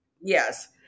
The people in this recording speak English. Yes